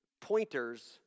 pointers